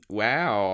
wow